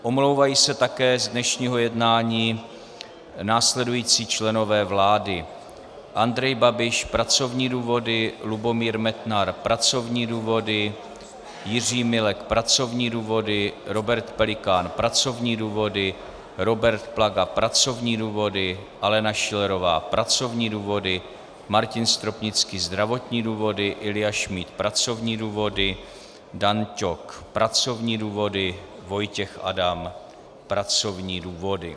Omlouvají se také z dnešního jednání následující členové vlády: Andrej Babiš pracovní důvody, Lubomír Metnar pracovní důvody, Jiří Milek pracovní důvody, Robert Pelikán pracovní důvody, Robert Plaga pracovní důvody, Alena Schillerová pracovní důvody, Martin Stropnický zdravotní důvody, Ilja Šmíd pracovní důvody, Dan Ťok pracovní důvody, Vojtěch Adam pracovní důvody.